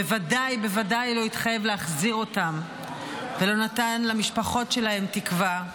בוודאי בוודאי לא התחייב להחזיר אותם ולא נתן למשפחות שלהם תקווה,